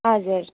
हजुर